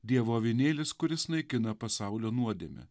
dievo avinėlis kuris naikina pasaulio nuodėmę